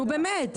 נו באמת.